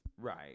Right